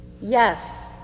Yes